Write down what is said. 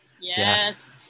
Yes